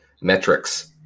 metrics